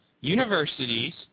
universities